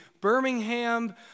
Birmingham